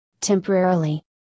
temporarily